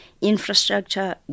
infrastructure